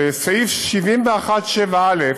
בסעיף 71(7א)